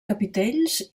capitells